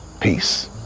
Peace